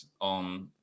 on